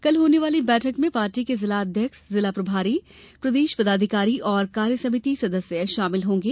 कल होने वाली बैठक में पार्टी के जिला अध्यक्ष जिला प्रभारी प्रदेश पदाधिकारी और कार्यसमिति सदस्य शामिल होंगे